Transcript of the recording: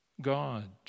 God